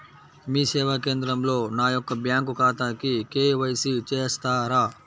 మీ సేవా కేంద్రంలో నా యొక్క బ్యాంకు ఖాతాకి కే.వై.సి చేస్తారా?